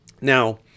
Now